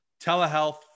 Telehealth